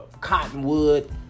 Cottonwood